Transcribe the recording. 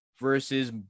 versus